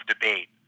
debate